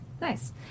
nice